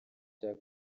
cya